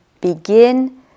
begin